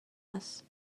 است